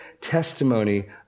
testimony